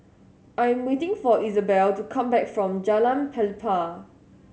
I'm waiting for Isabelle to come back from Jalan Pelepah